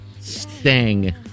Stang